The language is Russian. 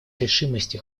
решимости